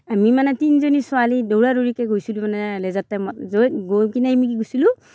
আমি মানে তিনিজনী ছোৱালী দৌৰা দৌৰিকে গৈছিলো মানে লেজাৰ টাইমত গৈ কিনে আমি কি কৰিছিলোঁ